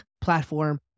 platform